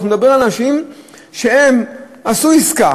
אנחנו מדברים על אנשים שעשו עסקה